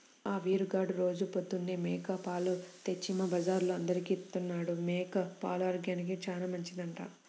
ఆ వీరిగాడు రోజూ పొద్దన్నే మేక పాలు తెచ్చి మా బజార్లో అందరికీ ఇత్తాడు, మేక పాలు ఆరోగ్యానికి చానా మంచిదంట